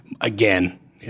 Again